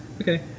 Okay